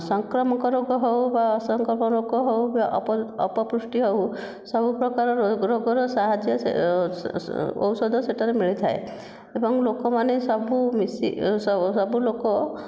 ସଂକ୍ରମକ ରୋଗ ହେଉ ବା ଅସଂକ୍ରମକ ରୋଗ ହେଉ ବା ଅପପୃଷ୍ଟି ହେଉ ସବୁପ୍ରକାର ରୋଗର ସାହାଯ୍ୟ ଔଷଧ ସେଠାରେ ମିଳିଥାଏ ଏବଂ ଲୋକମାନେ ସବୁ ମିଶି ସବୁ ଲୋକ